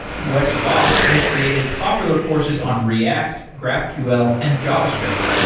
wes bos has created popular courses on react, graphql and javascript.